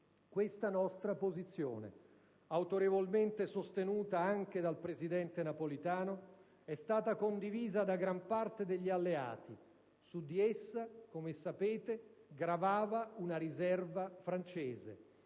Questa nostra posizione, autorevolmente sostenuta anche dal presidente Napolitano, è stata condivisa da gran parte degli alleati. Su di essa, come sapete, gravava una riserva francese.